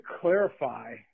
clarify